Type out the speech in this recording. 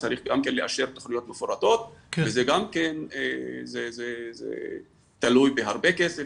צריך גם כן לאשר תכניות מפורטות וזה גם כן זה תלוי בהרבה כסף,